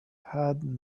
had